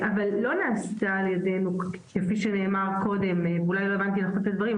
אולי לא הבנתי נכון את הדברים,